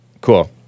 Cool